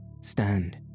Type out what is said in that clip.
stand